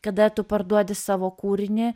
kada tu parduodi savo kūrinį